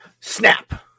snap